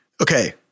okay